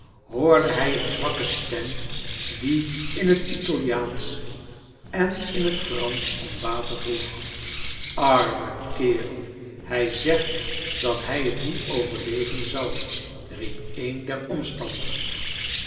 hoorde hij eene zwakke stem die in net italiaansch en in het fransoh om water vroeg arme kerel hij zegt dat hij t niet overieven zal hep een der amstanders